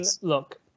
look